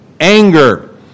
anger